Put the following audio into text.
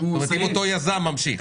אם אותו יזם ממשיך.